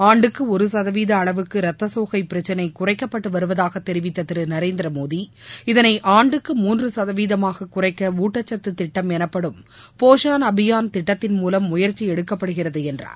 ஆண்டுக்கு ஒரு சதவீத அளவுக்கு ரத்தசோகை பிரச்சிளை குறைக்கப்பட்டு வருவதாகத் தெரிவித்த திரு நரேந்திரமோடி இதனை ஆண்டுக்கு மூன்று சதவீதமாகக் குறைக்க ஊட்டச்சத்து திட்டம் எனப்படும் போஷன் அபியான் திட்டத்தின் மூலம் முயற்சி எடுக்கப்படுகிறது என்றார்